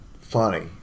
funny